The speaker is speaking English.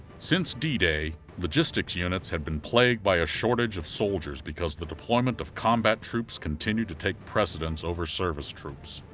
since d-day, logistic units had been plagued by a shortage of soldiers because the deployment of combat troops continued to take precedence over service troops.